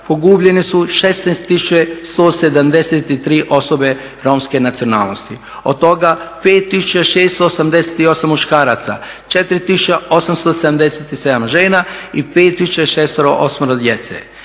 pogubljene su 16173 osobe romske nacionalnosti od toga 5688 muškaraca, 4877 žena i 5 tisuća